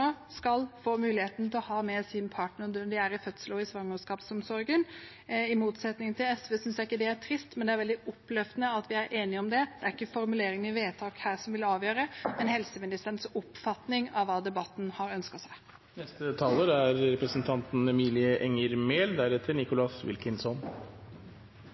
skal få muligheten til å ha med sin partner når de er i fødsel og i svangerskapsomsorgen. I motsetning til SV synes jeg ikke det er trist, men det er veldig oppløftende at vi er enige om det. Det er ikke formuleringen i vedtak her som vil avgjøre, men helseministerens oppfatning av hva man i debatten har ønsket seg. Det er